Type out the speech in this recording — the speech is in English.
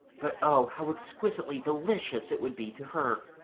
but oh! how exquisitely delicious it would be to her.